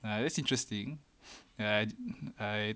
that's interesting ah I